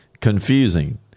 confusing